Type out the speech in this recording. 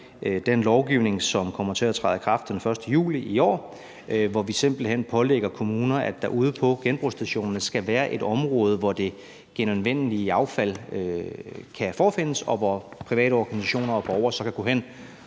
den lovgivning, som kommer til at træde i kraft den 1. juli i år, hvor vi simpelt hen pålægger kommuner, at der ude på genbrugsstationerne skal være et område, hvor det genanvendelige affald kan forefindes, og hvor private organisationer og borgere kan gå hen